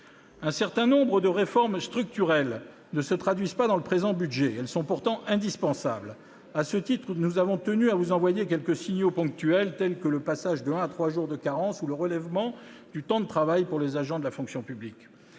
Un certain nombre de réformes structurelles ne se traduisent pas dans le présent budget. Elles sont pourtant indispensables. À ce titre, nous avons tenu à vous envoyer quelques signaux ponctuels, tels que le passage de un à trois jours de carence ou le relèvement du temps de travail pour les agents de la fonction publique.